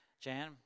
Jan